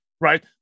right